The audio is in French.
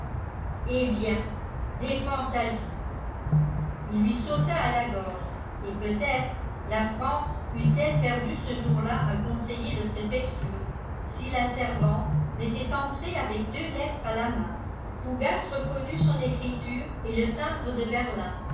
eh bien défends ta vie il lui sauta à la gorge et peut-être la france eût-elle perdu ce jour-là un conseiller de préfecture si la servante n'était entrée avec deux lettres à la main fougas reconnut son écriture et le timbre de berlin